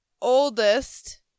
oldest